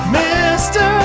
mr